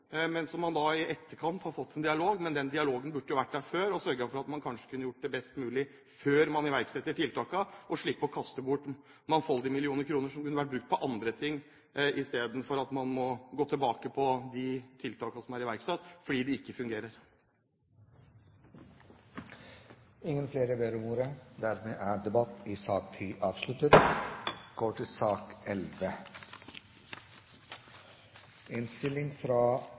men den dialogen burde vært der før, slik at man kanskje kunne sørget for å gjøre det best mulig før man iverksatte tiltakene, slik at man slapp å kaste bort mangfoldige millioner kroner, som kunne vært brukt på andre ting, i stedet for at man må gå tilbake på de tiltakene som er iverksatt, fordi de ikke fungerer. Flere har ikke bedt om ordet til sak nr. 10. Etter ønske fra